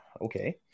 Okay